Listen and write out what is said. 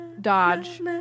dodge